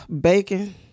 bacon